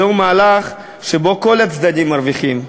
זהו מהלך שבו כל הצדדים מרוויחים.